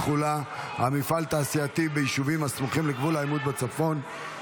תחולה על מפעל תעשייתי ביישובים הסמוכים לגבול העימות בצפון,